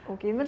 Okay